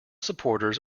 supporters